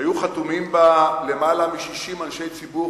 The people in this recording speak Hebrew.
שהיו חתומים עליה למעלה מ-60 אנשי ציבור,